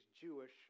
Jewish